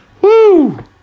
Woo